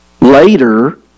later